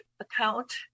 account